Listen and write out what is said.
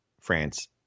France